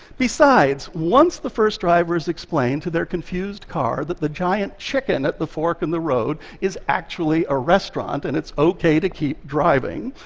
besides, once the first drivers explain to their confused car that the giant chicken at the fork in the road is actually a restaurant, and it's okay to keep driving,